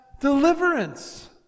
deliverance